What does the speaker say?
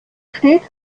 steht